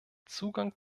zugang